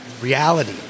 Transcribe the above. reality